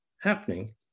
happening